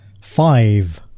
five